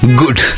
good